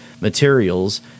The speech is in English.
materials